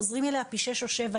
חוזרים אליה פי שש או שבע,